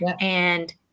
And-